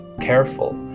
careful